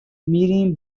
میریم